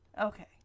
Okay